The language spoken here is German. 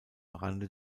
rande